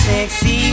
Sexy